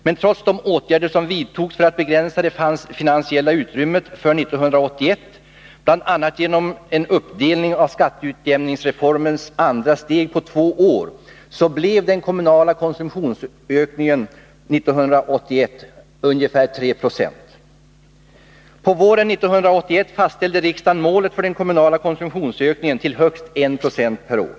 Men trots de åtgärder som vidtogs för att begränsa det finansiella utrymmet för 1981, bl.a. genom uppdelning av skatteutjäm ningsreformens andra steg på två år, blev den kommunala konsumtionsökningen detta år ungefär 3 90. På våren 1981 fastställde riksdagen målet för den kommunala konsumtionsökningen till högst 1 96 per år.